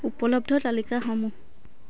উপলব্ধ তালিকাসমূহ